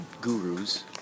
gurus